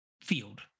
field